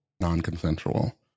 non-consensual